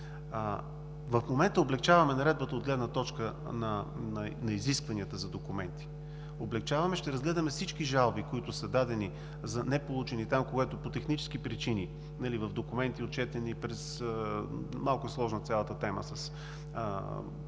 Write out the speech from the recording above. В момента облекчаваме Наредбата от гледна точка на изискванията за документи. Облекчаваме я. Ще разгледаме всички жалби, които са дадени за неполучени, когато по технически причини в документите, отчетени – малко е сложна цялата тема със сектора